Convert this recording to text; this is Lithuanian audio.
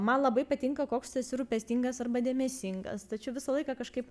man labai patinka koks tu esi rūpestingas arba dėmesingas tačiau visą laiką kažkaip